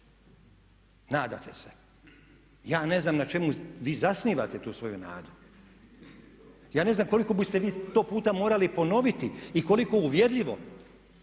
Nadate se. Ja ne znam na čemu vi zasnivate tu svoju nadu. Ja ne znam koliko biste vi to puta morali ponoviti i koliko uvjerljivo